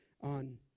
on